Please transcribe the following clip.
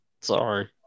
Sorry